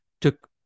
took